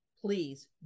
please